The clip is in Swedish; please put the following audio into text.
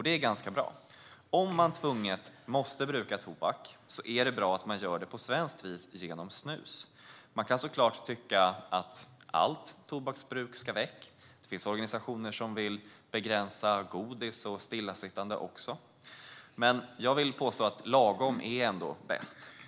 Det är ganska bra. Om man tvunget måste bruka tobak är det bra att man gör det på svenskt vis: genom snus. Man kan såklart tycka att allt tobaksbruk ska väck. Det finns organisationer som vill begränsa godis och stillasittande också. Men jag vill påstå att lagom ändå är bäst.